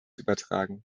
übertragen